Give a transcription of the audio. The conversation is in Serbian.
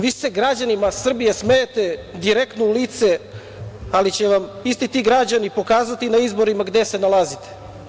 Vi se građanima Srbije smejete direktno u lice, ali će vam isti ti građani pokazati na izborima gde se nalazite.